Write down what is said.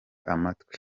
amatwi